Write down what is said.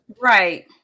Right